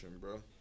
bro